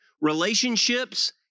relationships